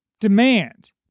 Demand